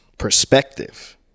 perspective